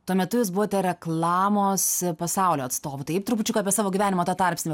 tuo metu jūs buvote reklamos pasaulio atstovu taip trupučiuką apie savo gyvenimą tą tarpsnį